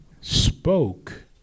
spoke